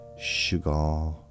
sugar